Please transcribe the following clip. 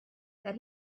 that